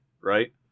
right